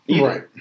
Right